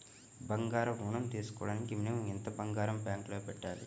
బంగారం ఋణం తీసుకోవడానికి మినిమం ఎంత బంగారం బ్యాంకులో పెట్టాలి?